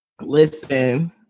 listen